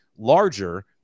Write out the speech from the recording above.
larger